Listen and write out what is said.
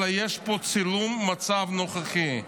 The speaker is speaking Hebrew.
אלא יש פה צילום מצב נוכחי.